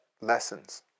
lessons